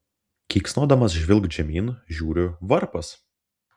keiksnodamas žvilgt žemyn žiūriu varpas